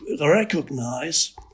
recognize